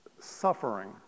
suffering